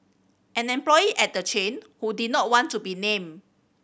an employee at the chain who did not want to be named